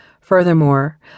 Furthermore